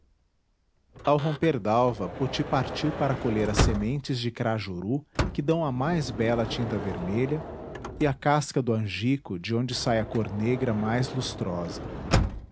ao romper dalva poti partiu para colher as sementes de crajuru que dão a mais bela tinta vermelha e a casca do angico de onde sai a cor negra mais lustrosa